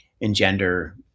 engender